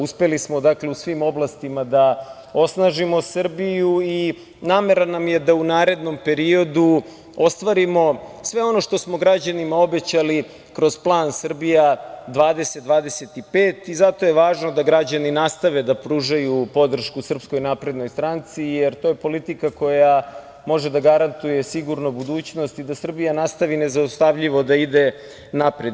Uspeli smo u svim oblastima da osnažimo Srbiju i namera nam je da u narednom periodu ostvarimo sve ono što smo građanima obećali kroz plan Srbija 2025 i zato je važno da građani nastave da pružaju podršku SNS, jer to je politika koja može da garantuje sigurnu budućnost i da Srbija nastavi nezaustavljivo da ide napred.